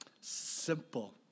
simple